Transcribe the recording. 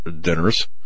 dinners